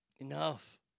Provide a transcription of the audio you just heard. Enough